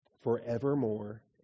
forevermore